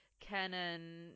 canon